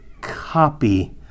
copy